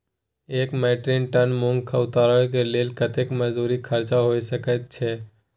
एक metric ton मूंग उतरबा के लेल कतेक मजदूरी खर्च होय सकेत छै?